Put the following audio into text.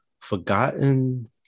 forgotten